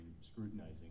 scrutinizing